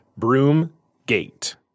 Broomgate